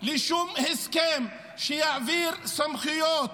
לשום הסכם שיעביר סמכויות